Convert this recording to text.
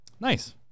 Nice